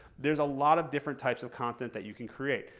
there's a lot of different types of content that you can create.